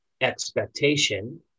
expectation